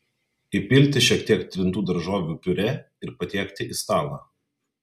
įpilti šiek tiek trintų daržovių piurė ir patiekti į stalą